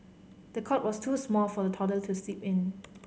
the cot was too small for the toddler to sleep in